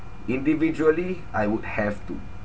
individually I would have to